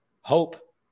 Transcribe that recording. hope